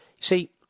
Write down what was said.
See